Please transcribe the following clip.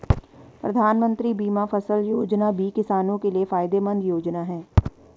प्रधानमंत्री बीमा फसल योजना भी किसानो के लिये फायदेमंद योजना है